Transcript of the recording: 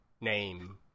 name